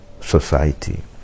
society